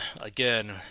again